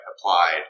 applied